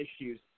issues